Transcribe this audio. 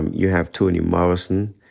you have toni morrison.